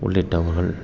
உள்ளிட்டவர்கள்